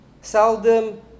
seldom